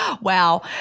Wow